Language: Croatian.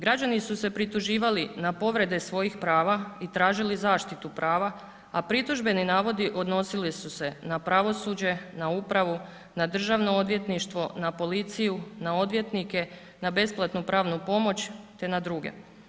Građani su se prituživali na povrede svojih prava i tražili zaštitu prava, a pritužbeni navodi odnosili su se na pravosuđe, na upravu, na državno odvjetništvo, na policiju, na odvjetnike, na besplatnu pravnu pomoć te na druge.